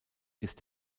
ist